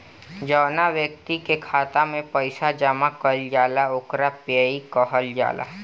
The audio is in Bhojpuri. जौवना ब्यक्ति के खाता में पईसा जमा कईल जाला ओकरा पेयी कहल जाला